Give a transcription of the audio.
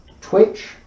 Twitch